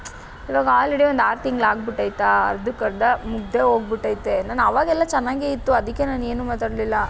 ಈವಾಗ ಆಲ್ರೆಡಿ ಒಂದು ಆರು ತಿಂಗಳು ಆಗ್ಬಿಟ್ಟೈತಾ ಅರ್ಧಕರ್ಧ ಮುಗಿದೇ ಹೋಗ್ಬಿಟ್ಟೈತೆ ನನ್ ಆವಾಗೆಲ್ಲ ಚೆನ್ನಾಗೇ ಇತ್ತು ಅದಕ್ಕೆ ನಾನೇನೂ ಮಾತಾಡಲಿಲ್ಲ